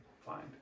find